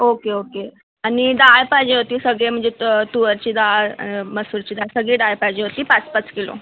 okay okay आणि डाळ पाहिजे होती सगळे म्हणजे तुर डाळ मसूरची डाळ सगळी डाळ पाहिजे होती पाच पाच किलो